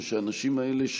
ושהאנשים האלה,